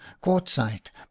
quartzite